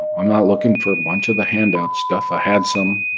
i'm not looking for a bunch of the handout stuff. i had some.